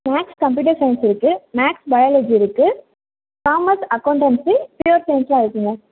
maths computer science இருக்கு maths biology இருக்கு commerce accountancy pure சையின்ஸ்லாம் இருக்குங்க